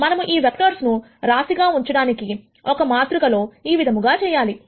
మనము ఈ వెక్టర్స్ ను రాశి గా ఉంచడానికి కి ఒక మాతృకలో ఈ విధముగా చేయాలి